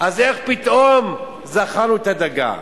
אז איך פתאום, זכרנו את הדגה?